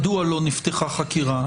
מדוע לא נפתחה חקירה?